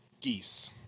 geese